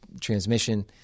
transmission